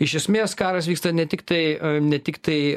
iš esmės karas vyksta ne tik tai ne tik tai